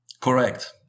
Correct